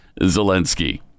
Zelensky